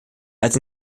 als